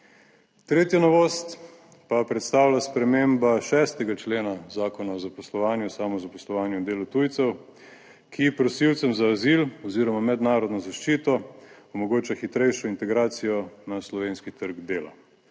Tretja novost pa predstavlja sprememba 6. člena zakona o zaposlovanju, samozaposlovanju in delu tujcev, ki prosilcem za azil oziroma mednarodno zaščito omogoča hitrejšo integracijo na slovenski trg dela.